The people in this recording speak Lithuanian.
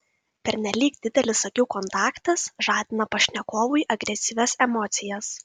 pernelyg didelis akių kontaktas žadina pašnekovui agresyvias emocijas